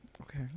Okay